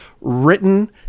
written